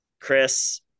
Chris